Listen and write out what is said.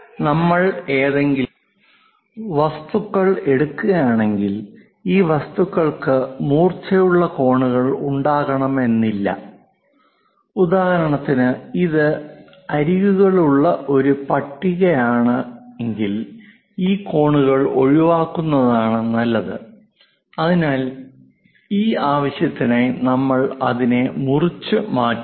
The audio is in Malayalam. നമ്മൾ ഏതെങ്കിലും വസ്തുക്കൾ എടുക്കുകയാണെങ്കിൽ ഈ വസ്തുക്കൾക്ക് മൂർച്ചയുള്ള കോണുകൾ ഉണ്ടാകണമെന്നില്ല ഉദാഹരണത്തിന് ഇത് അരികുകളുള്ള ഒരു പട്ടികയാണെങ്കിൽ ഈ കോണുകൾ ഒഴിവാക്കുന്നതാണ് നല്ലത് അതിനാൽ ഈ ആവശ്യത്തിനായി നമ്മൾ അതിനെ മുറിച്ചു മാറ്റുന്നു